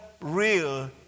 real